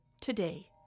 today